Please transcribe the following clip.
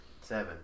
Seven